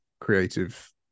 creative